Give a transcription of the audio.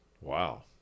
Wow